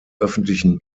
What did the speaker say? öffentlichen